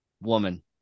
woman